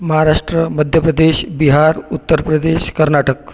Maharashtra Madhya Pradesh Bihar Uttar Pradesh Karnataka